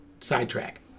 Sidetrack